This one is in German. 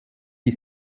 die